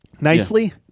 Nicely